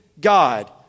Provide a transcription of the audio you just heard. God